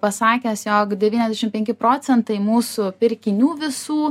pasakęs jog devyniasdešim penki procentai mūsų pirkinių visų